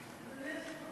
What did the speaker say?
להצבעה.